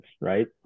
right